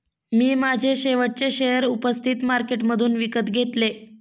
मी माझे शेवटचे शेअर उपस्थित मार्केटमधून विकत घेतले